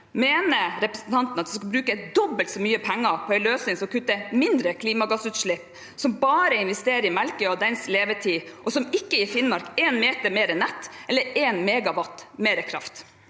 Mener representanten at vi skal bruke dobbelt så mye penger på en løsning som kutter mindre klimagassutslipp, som bare investerer i Melkøya og dens levetid, og som ikke gir Finnmark én meter mer nett eller én megawatt mer kraft?